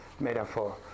metaphor